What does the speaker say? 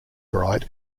bright